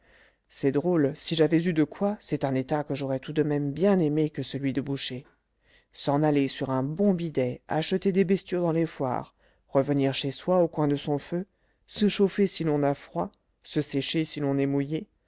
c'est drôle si j'avais eu de quoi c'est un état que j'aurais tout de même bien aimé que celui de boucher s'en aller sur un bon bidet acheter des bestiaux dans les foires revenir chez soi au coin de son feu se chauffer si l'on a froid se sécher si l'on est mouillé